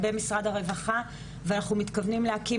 במשרד הרווחה ואנחנו מתכוונים להקים,